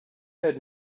had